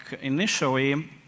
initially